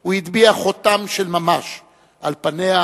הוא הטביע חותם של ממש על פניה